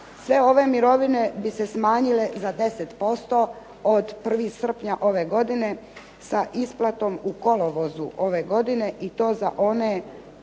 Sve ove mirovine bi se smanjile za 10%, od 1. srpnja ove godine sa isplatom u kolovozu ove godine i to za one